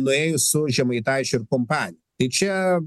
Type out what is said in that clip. nuėjus su žemaitaičiu ir kompanija tai čia